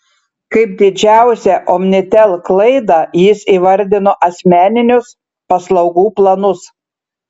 kaip didžiausią omnitel klaidą jis įvardino asmeninius paslaugų planus